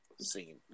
scene